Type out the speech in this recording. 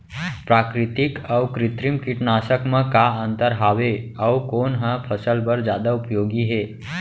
प्राकृतिक अऊ कृत्रिम कीटनाशक मा का अन्तर हावे अऊ कोन ह फसल बर जादा उपयोगी हे?